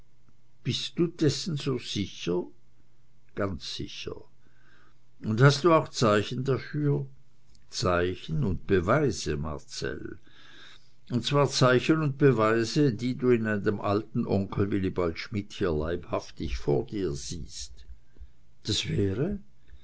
bist du dessen so sicher ganz sicher und hast auch zeichen dafür zeichen und beweise marcell und zwar zeichen und beweise die du in deinem alten onkel wilibald schmidt hier leibhaftig vor dir siehst das wäre